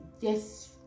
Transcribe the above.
yes